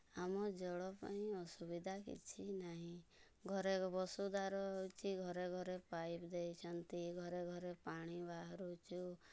ଆମ ଜଳ ପାଇଁ ଅସୁବିଧା କିଛି ନାହିଁ ଘରେ ବସୁଧାର ହେଉଛି ଘରେ ଘରେ ପାଇପ୍ ଦେଇଛନ୍ତି ଘରେ ଘରେ ପାଣି ବାହାରୁଛୁ